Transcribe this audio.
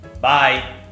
Bye